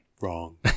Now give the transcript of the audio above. Wrong